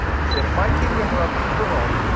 he said, if my kingdom were of this world,